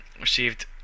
received